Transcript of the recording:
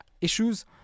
issues